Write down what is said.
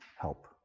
help